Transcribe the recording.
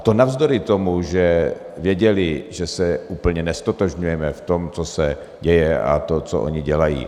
A to navzdory tomu, že věděli, že se úplně neztotožňujeme v tom, co se děje, a , co oni dělají.